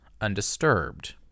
undisturbed